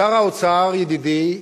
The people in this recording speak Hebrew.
שר האוצר, ידידי,